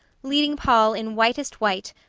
leading poll in whitest white,